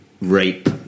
rape